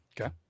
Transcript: Okay